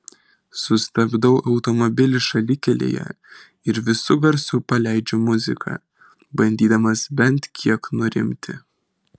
sustabdau automobilį šalikelėje ir visu garsu paleidžiu muziką bandydamas bent kiek nurimti